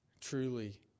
truly